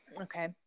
Okay